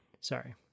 sorry